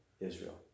Israel